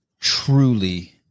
truly